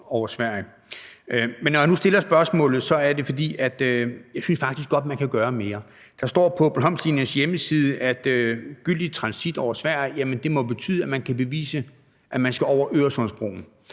over Sverige. Men når nu jeg stiller spørgsmålet, er det, fordi jeg faktisk godt synes, man kan gøre mere. Der står på Bornholmslinjens hjemmeside, at gyldig transit over Sverige må betyde, at man kan bevise, at man skal over Øresundsbroen.